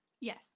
Yes